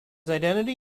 identity